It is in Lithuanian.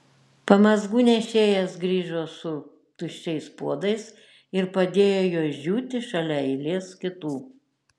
pamazgų nešėjas grįžo su tuščiais puodais ir padėjo juos džiūti šalia eilės kitų